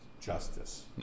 justice